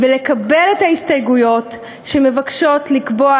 לקבל את ההסתייגויות שמבקשות לקבוע,